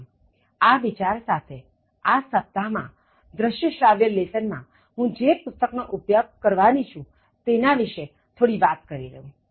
આમ આ વિચાર સાથે આ સપ્તાહ માં દ્રશ્ય શ્રાવ્ય લેસનમા હું જે પુસ્તક નો ઉપયોગ કરવાની છું તેના વિશે થોડી વાત કરી લઉં